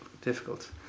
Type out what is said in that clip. difficult